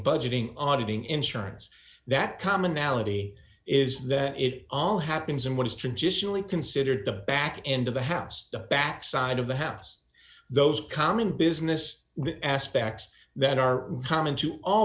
budgeting auditing insurance that commonality is that it all happens in what is traditionally considered the back end of the house the back side of the house those common business aspects that are common to all